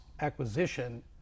acquisition